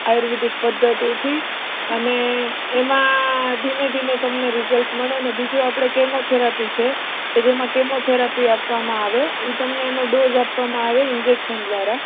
આયુર્વેદિક પધ્ધતિથી અને એમાં ધીમે ધીમે તમને રીઝલ્ટ મળે અને બીજું આપણે કેમો થેરાપી છે કે જેમાં કેમો થેરાપી આપવામાં આવે એ તમને એનો ડોઝ આપવામાં આવે ઇન્જેકશન દ્વારા